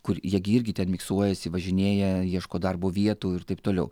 kur jie gi irgi ten miksuojasi važinėja ieško darbo vietų ir taip toliau